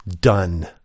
done